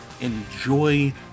enjoy